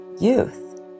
youth